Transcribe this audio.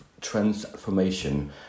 transformation